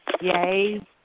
Yay